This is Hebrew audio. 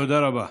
תודה רבה.